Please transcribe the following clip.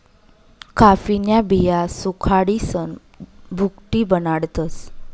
कॉफीन्या बिया सुखाडीसन भुकटी बनाडतस